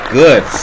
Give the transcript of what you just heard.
good